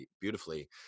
beautifully